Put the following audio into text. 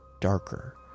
darker